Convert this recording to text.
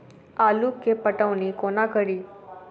आलु केँ पटौनी कोना कड़ी?